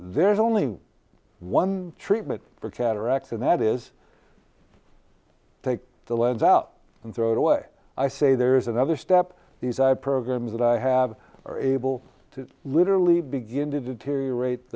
there's only one treatment for cataracts and that is take the lead out and throw it away i say there is another step these i programs that i have are able to literally begin to deteriorate